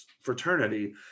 fraternity